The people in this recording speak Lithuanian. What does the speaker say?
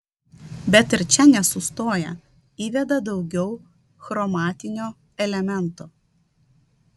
bet ir čia nesustoja įveda daugiau chromatinio elemento